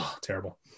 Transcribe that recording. Terrible